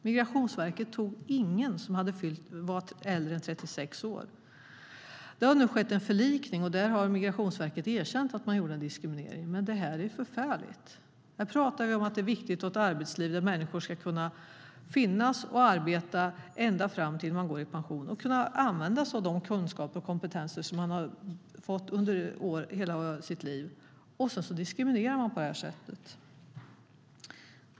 Migrationsverket tog ingen som var äldre än 36 år. Nu har det skett en förlikning där Migrationsverket erkänt att man har diskriminerat, men detta är förfärligt. Här pratar vi om att det är viktigt att ha ett arbetsliv där människor ska kunna finnas och arbeta ända fram till pensionen och använda de kunskaper och kompetenser de har fått under sitt liv, och så diskriminerar man på det här sättet.